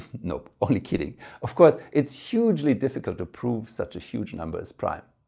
no, only kidding of course, it's hugely difficult to prove such a huge numbers prime.